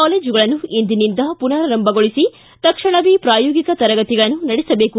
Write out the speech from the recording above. ಕಾಲೇಜುಗಳನ್ನು ಇಂದಿನಿಂದ ಪುನರಾರಂಭಗೊಳಿಸಿ ತಕ್ಷಣವೇ ಪ್ರಾಯೋಗಿಕ ತರಗತಿಗಳನ್ನು ನಡೆಸಬೇಕು